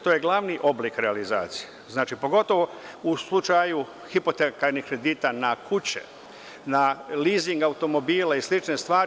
To je glavni oblik realizacije, pogotovo u slučaju hipotekarnih kredita na kuće, na lizing automobile i slične stvari.